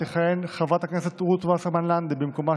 תודה רבה, אדוני